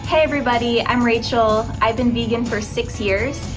everybody. i'm rachel. i've been vegan for six years,